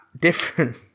different